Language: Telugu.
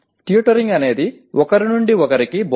ట్యూటరింగ్ అనేది ఒకరి నుండి ఒకరికి బోధన